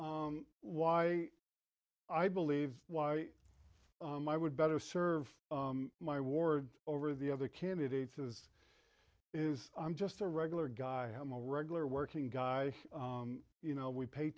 why i believe why i would better serve my ward over the other candidates is is i'm just a regular guy i'm a regular working guy you know we pay